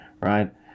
right